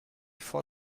for